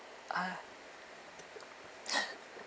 ah